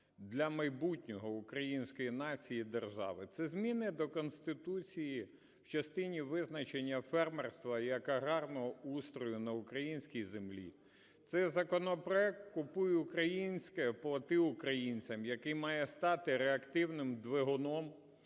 для майбутнього української нації і держави. Це зміни до Конституції в частині визначення фермерства як аграрного устрою на українській землі. Це законопроект "Купуй українське, плати українцям", який має стати реактивним двигуном